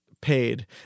paid